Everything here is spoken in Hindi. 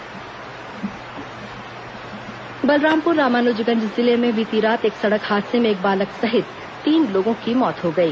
दुर्घटना बलरामपुर रामानुजगंज जिले में बीती रात एक सड़क हादसे में एक बालक सहित तीन लोगों की मौत हो गई